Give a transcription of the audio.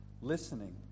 listening